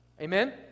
Amen